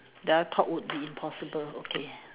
that I thought would be impossible okay